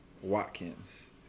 Watkins